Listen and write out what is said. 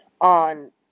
on